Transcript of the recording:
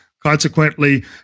Consequently